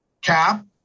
CAP